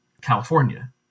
California